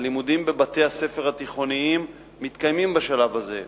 הלימודים בבתי-הספר התיכוניים מתקיימים בשלב הזה,